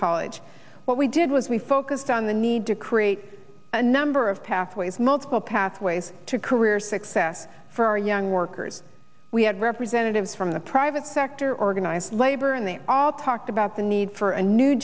college what we did was we focused on the need to create a number of pathways multiple pathways to career success for our young workers we had representatives from the private sector organized labor and they all talked about the need for a new